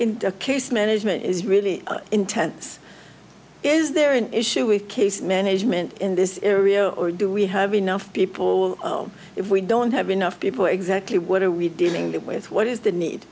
in case management is really intense is there an issue with case management in this area or do we have enough people if we don't have enough people exactly what are we dealing with what is the need